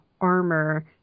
armor